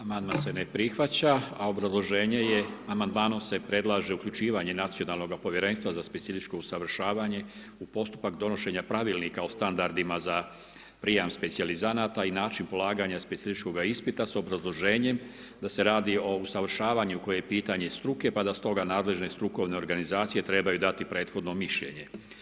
Amandman se ne prihvaća, a obrazloženje je amandmanom se predlaže uključivanje Nacionalnoga povjerenstva u uključivanje za specijalističko usavršavanje u postupak donošenja Pravila o standardima za prijam specijalizanata i način polaganja specijalističkoga ispita s obrazloženjem da se radi o usavršavanju koje je pitanje struke pa da stoga nadležne strukovne organizacije trebaju dati prethodno mišljenje.